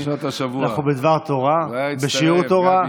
אנחנו בדבר תורה, בשיעור תורה.